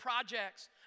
projects